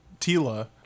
Tila